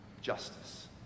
Justice